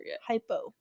Hypo